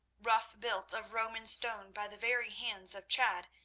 rough-built of roman stone by the very hands of chad,